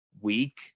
week